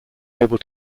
able